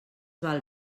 val